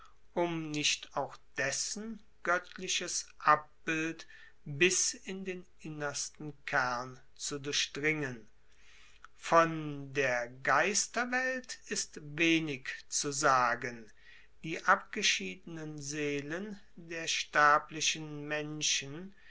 um nicht auch dessen goettliches abbild bis in den innersten kern zu durchdringen von der geisterwelt ist wenig zu sagen die abgeschiedenen seelen der sterblichen menschen